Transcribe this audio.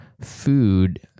food